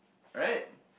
alright